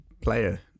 player